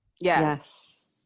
Yes